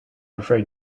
afraid